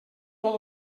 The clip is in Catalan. tot